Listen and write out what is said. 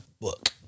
book